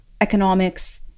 Economics